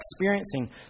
experiencing